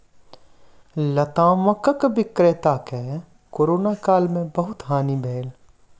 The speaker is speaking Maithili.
लतामक विक्रेता के कोरोना काल में बहुत हानि भेल